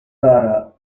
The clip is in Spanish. sara